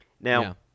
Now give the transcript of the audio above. Now